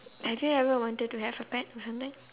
have you ever wanted to have a pet or something